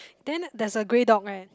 then there's a grey dog right